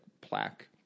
plaque